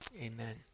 amen